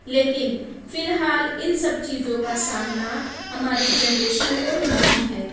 لیکن فی الحال ان سب چیزوں کا سامنا ہماری جنریشن کو نہیں ہے